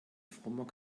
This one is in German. frommer